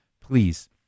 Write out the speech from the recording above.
please